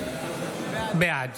בעד